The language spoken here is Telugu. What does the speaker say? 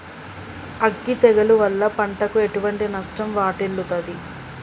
అగ్గి తెగులు వల్ల పంటకు ఎటువంటి నష్టం వాటిల్లుతది?